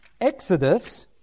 Exodus